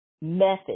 method